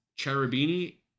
Cherubini